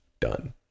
done